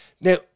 Now